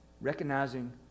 recognizing